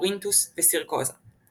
קורינתוס וסירקוזה.